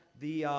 the